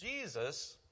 Jesus